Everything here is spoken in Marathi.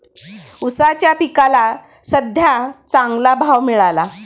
ऊसाच्या पिकाला सद्ध्या चांगला भाव मिळाला